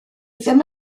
ddim